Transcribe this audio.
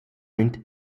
aint